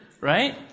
Right